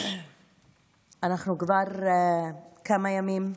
אנחנו כבר כמה ימים,